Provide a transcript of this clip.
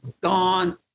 gone